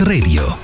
Radio